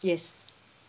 yes